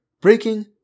breaking